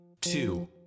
two